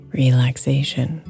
relaxation